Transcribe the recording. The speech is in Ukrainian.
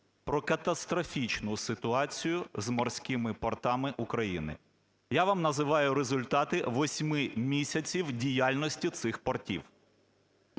про катастрофічну ситуацію з морськими портами України. Я вам називаю результати восьми місяців діяльності цих портів: